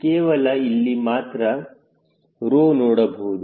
ಕೇವಲ ಇಲ್ಲಿ ಮಾತ್ರ 𝜌 ನೋಡಬಹುದು